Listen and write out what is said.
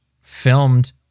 filmed